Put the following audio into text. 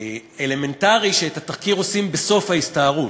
אלמנטרי שאת התחקיר עושים בסוף ההסתערות.